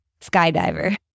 skydiver